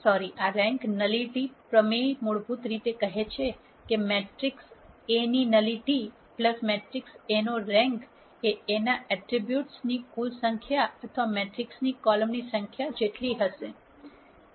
તેથી આ rank nullity પ્રમેય મૂળભૂત રીતે કહે છે કે મેટ્રિક્સ A ની ન્યુલીટી મેટ્રિક્સ A નો રેન્ક એ A ના એટ્રિબ્યુટ્સ ની કુલ સંખ્યા અથવા મેટ્રિક્સની કોલમ ની સંખ્યા જેટલી હશે